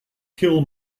kill